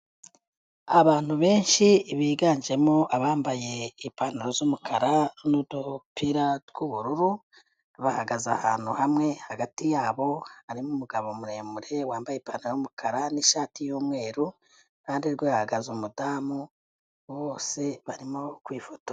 Abantu benshi biganjemo abambaye ipantaro z'umukara n'udupira tw'ubururu bahagaze ahantu hamwe hagati ya bo harimo umugabo muremure wambaye ipantaro y'umukara n'ishati y'umweru iruhande rwe hahagaze umudamu bose barimo kwifotoza.